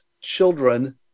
children